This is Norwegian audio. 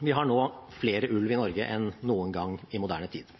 Vi har nå flere ulver i Norge enn noen gang i moderne tid.